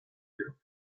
you